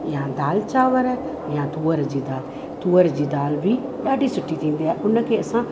या दाल चांवर या तुअर जी दाल तुअर जी दाल बि ॾाढी सुठी थींदी आहे उन खे असां